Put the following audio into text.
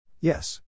Yes